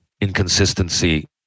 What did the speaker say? inconsistency